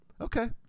Okay